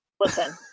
Listen